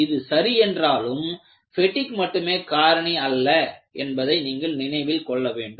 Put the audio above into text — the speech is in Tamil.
இது சரி என்றாலும் பெட்டிக் மட்டுமே காரணி அல்ல என்பதை நீங்கள் நினைவில் கொள்ள வேண்டும்